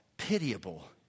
pitiable